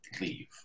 leave